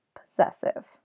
possessive